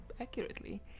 accurately